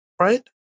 Right